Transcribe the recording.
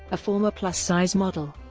a former plus-size model.